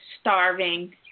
starving